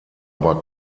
aber